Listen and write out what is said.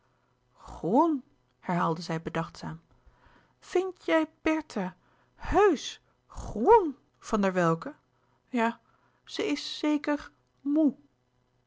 groen herhaalde zij bedachtzaam vindt jij bertha hèusch g r o e n van der welcke ja ze is zeker moê